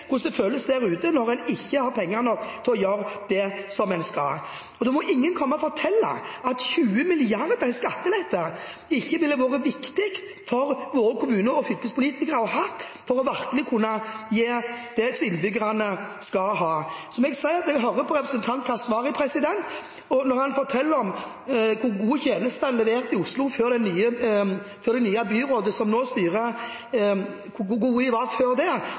hvordan det føles der ute når en ikke har penger nok til å gjøre det en skal. Da må ingen komme å fortelle meg at 20 mrd. kr i skattelette ikke ville vært viktig for våre kommune- og fylkespolitikere å ha for virkelig å kunne gi innbyggerne det de skal ha. Så må jeg si at når jeg hører representanten Keshvari fortelle om gode tjenester levert i Oslo tidligere, før det nye byrådet som nå styrer, hvor gode de var før det,